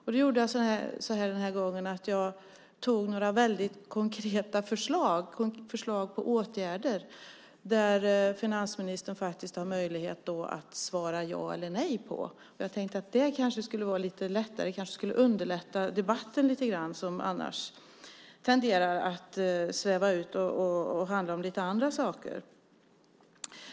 Därför gjorde jag så den här gången att jag tog några väldigt konkreta förslag till åtgärder som finansministern faktiskt har möjlighet att svara ja eller nej på. Jag tänkte att det kanske skulle vara lite lättare. Det kanske skulle underlätta debatten lite grann. Den tenderar annars att sväva ut och handla om lite andra saker.